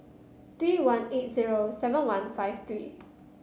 three one eight zero seven one five three